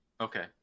Okay